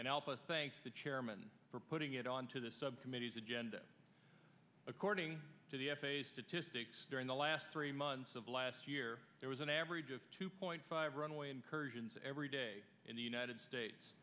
and help us thank the chairman for putting it on to the subcommittee's agenda according to the f a a statistics during the last three months of last year there was an average of two point five runway incursions every day in the united states